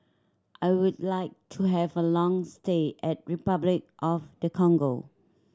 I would like to have a long stay at Repuclic of the Congo